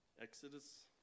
Exodus